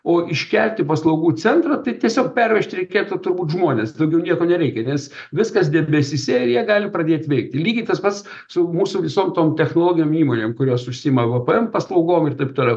o iškelti paslaugų centrą tai tiesiog pervežt reikėtų turbūt žmones daugiau nieko nereikia nes viskas debesyse ir jie gali pradėt veikt lygiai tas pats su mūsų visom tom technologinėm įmonėms kurios užsiima vpn paslaugom ir taip toliau